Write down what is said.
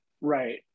Right